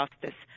justice